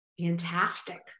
Fantastic